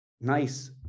nice